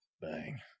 bang